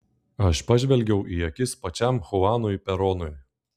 aš pažvelgiau į akis pačiam chuanui peronui